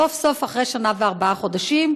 סוף-סוף, אחרי שנה וארבעה חודשים,